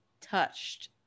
touched